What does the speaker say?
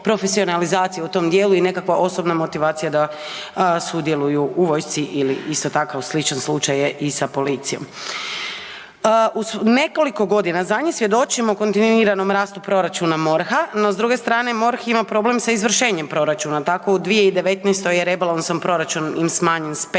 profesionalizacija u tom dijelu i nekakva osobna motivacija da sudjeluju u vojsci ili isto takav sličan slučaj je i sa policijom. U nekoliko godina zadnjih svjedočimo kontinuiranom rastu proračuna MORH-a, no s druge strane MORH ima problem sa izvršenjem proračuna. Tako u 2019. je rebalansom proračun im smanjen s